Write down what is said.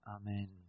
Amen